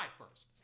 first